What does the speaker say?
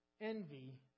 envy